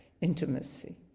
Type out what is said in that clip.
intimacy